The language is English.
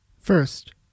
First